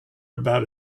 about